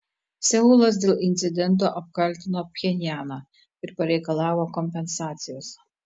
seulas dėl incidento apkaltino pchenjaną ir pareikalavo kompensacijos